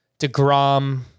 DeGrom